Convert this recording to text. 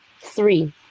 three